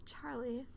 charlie